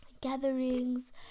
gatherings